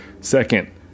Second